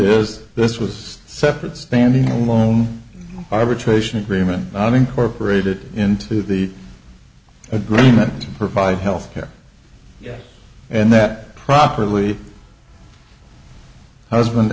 that this was separate standing alone arbitration agreement not incorporated into the agreement to provide health care and that properly husband